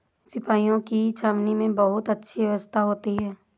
सिपाहियों की छावनी में बहुत अच्छी व्यवस्था होती है